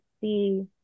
see